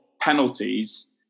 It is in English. penalties